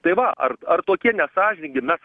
tai va ar ar tokie nesąžiningi mes